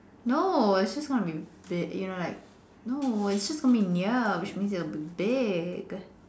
no it's just gonna be that you know like no it's just gonna be near which means it'll be big